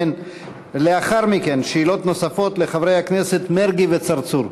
לאחר מכן, שאלות נוספות לחברי הכנסת מרגי וצרצור.